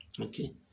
Okay